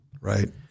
Right